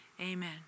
amen